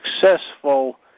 successful